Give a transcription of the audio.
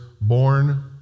born